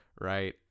Right